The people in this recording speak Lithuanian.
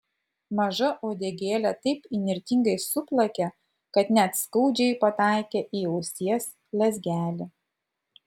maža uodegėlė taip įnirtingai suplakė kad net skaudžiai pataikė į ausies lezgelį